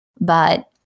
but-